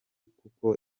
kuko